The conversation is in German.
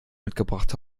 mitgebracht